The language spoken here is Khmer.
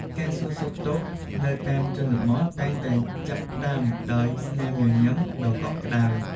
ការសួរសុខទុក្ខនៅតាមជនបទ តែងតែចាប់ផ្តើមដោយស្នាមញញឹមដ៏កក់ក្តៅ។